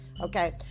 Okay